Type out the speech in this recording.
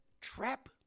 Trap